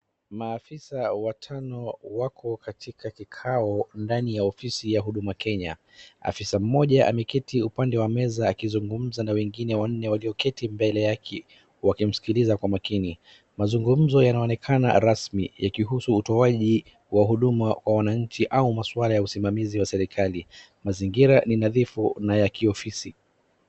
Maafisa watano wako katika kikao ndani ya ofisi ya huduma Kenya. Afisa mmoja ameketi upande wa meza akizungumza na wengine wanne walioketi mbele yake wakimsikiliza kwa makini. Mazungumzo yanaonekana rasmi yakihusu utoaji wa huduma kwa wananchi au masuala ya usimamizi wa serikali. Mazingira ni nadhifu na ya kiofisi.